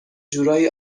جورایی